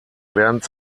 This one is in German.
während